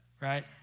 Right